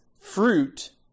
fruit